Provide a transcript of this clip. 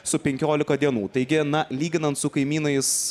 su penkiolika dienų taigi na lyginant su kaimynais